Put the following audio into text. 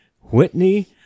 Whitney